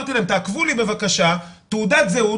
אמרתי להם תעקבו לי בבקשה תעודת זהות